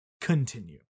Continue